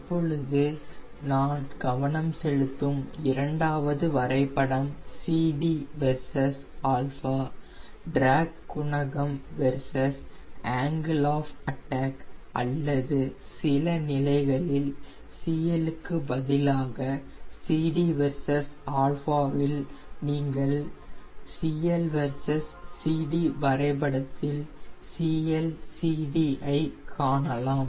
இப்பொழுது நான் கவனம் செலுத்தும் இரண்டாவது வரைபடம் CD வெர்சஸ் α டிராக் குணகம் வெர்சஸ் ஆங்கில் ஆஃப் அட்டாக் அல்லது சில நிலைகளில் CL க்கு பதிலாக CD வெர்சஸ் α இல் நீங்கள் CL வெர்சஸ் CD வரைபடத்தில் CLCD ஐ காணலாம்